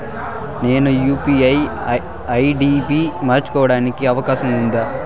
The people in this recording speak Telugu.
నేను యు.పి.ఐ ఐ.డి పి మార్చుకోవడానికి అవకాశం ఉందా?